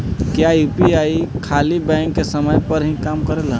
क्या यू.पी.आई खाली बैंक के समय पर ही काम करेला?